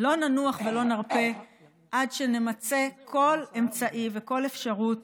לא ננוח ולא נרפה עד שנמצה כל אמצעי וכל אפשרות